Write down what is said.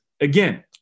again